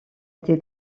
été